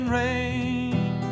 rain